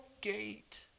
gate